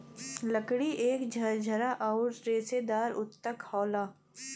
लकड़ी एक झरझरा आउर रेसेदार ऊतक होला